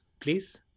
please